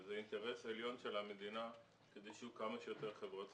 וזה אינטרס עליון של המדינה כדי שיהיו כמה שיותר חברות ציבוריות.